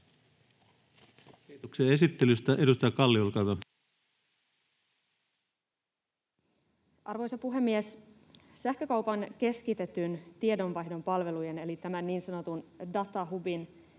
Kiitoksia esittelystä. — Edustaja Kalli, olkaa hyvä. Arvoisa puhemies! Sähkökaupan keskitetyn tiedonvaihdon palvelujen eli tämän niin sanotun datahubin